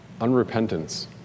unrepentance